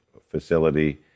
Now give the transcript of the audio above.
facility